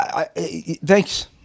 Thanks